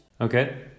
Okay